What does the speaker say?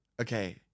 Okay